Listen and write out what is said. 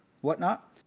whatnot